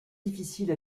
difficile